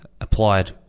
applied